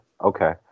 okay